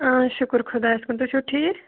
شُکُر خۄدایَس کُن تُہۍ چھُو ٹھیٖک